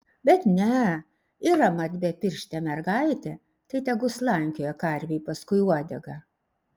bet ne yra mat bepirštė mergaitė tai tegu slankioja karvei paskui uodegą